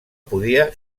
podia